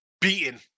beaten